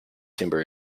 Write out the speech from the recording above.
timber